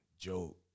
joke